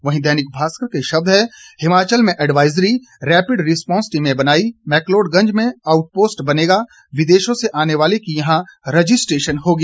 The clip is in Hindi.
वहीं दैनिक भास्कर के शब्द हैं हिमाचल में एडवाइजरी रेपिड रिस्पॉन्स टीमें बनाईं मेक्लोडगंज में आउटपोस्ट बनेगा विदेशों से आने वालों की यहां रजिस्ट्रेशन होगी